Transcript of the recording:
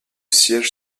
siège